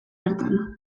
bertan